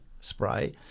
spray